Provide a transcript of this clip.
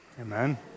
Amen